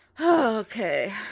Okay